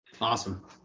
Awesome